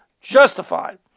justified